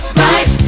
right